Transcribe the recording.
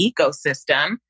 ecosystem